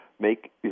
Make